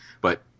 But-